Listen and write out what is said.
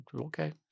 Okay